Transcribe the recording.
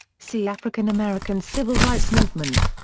see african-american civil rights movement